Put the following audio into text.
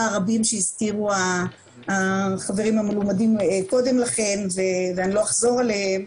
הרבים שהזכירו החברים המלומדים קודם לכן ואני לא אחזור עליהם,